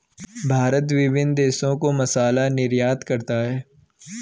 भारत विभिन्न देशों को मसाला निर्यात करता है